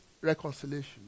reconciliation